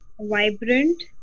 Vibrant